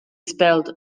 spelled